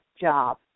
job